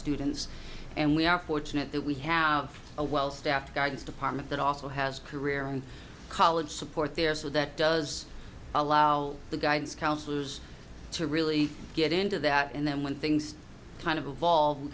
students and we are fortunate that we have a well staffed gardens department that also has career and college support there so that does allow the guidance counselor's to really get into that and then when things kind of